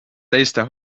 teiste